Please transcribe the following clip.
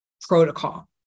protocol